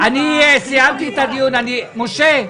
משה,